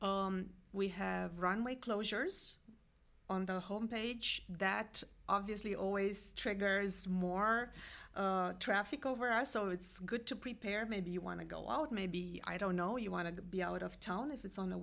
there we have runway closures on the home page that obviously always triggers more traffic over us so it's good to prepare maybe you want to go out maybe i don't know you want to be out of town if it's on the